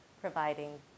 providing